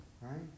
right